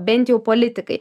bent jau politikai